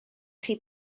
chi